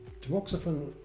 Tamoxifen